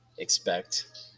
expect